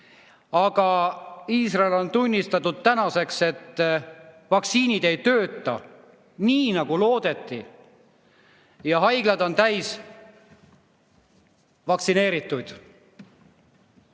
Aga Iisrael on nüüdseks tunnistanud, et vaktsiinid ei tööta nii, nagu loodeti, ja haiglad on täis vaktsineerituid.